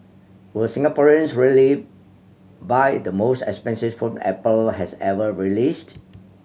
will Singaporeans really buy the most expensive phone Apple has ever released